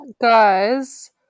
Guys